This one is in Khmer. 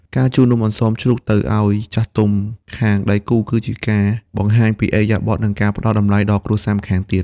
ការជូន "នំអន្សមជ្រូក" ទៅឱ្យចាស់ទុំខាងដៃគូ គឺជាការបង្ហាញពីឥរិយាបថ និងការផ្ដល់តម្លៃដល់គ្រួសារម្ខាងទៀត។